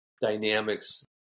dynamics